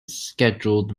scheduled